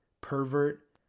pervert